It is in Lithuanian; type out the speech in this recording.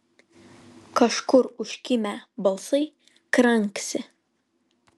kažkur užkimę balsai kranksi